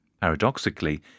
Paradoxically